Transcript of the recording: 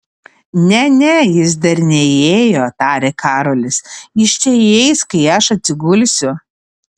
ne ne jis dar neįėjo tarė karolis jis čia įeis kai aš atsigulsiu